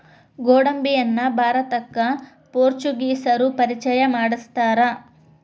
ಗೋಡಂಬಿಯನ್ನಾ ಭಾರತಕ್ಕ ಪೋರ್ಚುಗೇಸರು ಪರಿಚಯ ಮಾಡ್ಸತಾರ